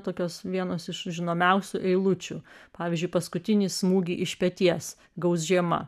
tokios vienos iš žinomiausių eilučių pavyzdžiui paskutinį smūgį iš peties gaus žiema